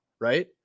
right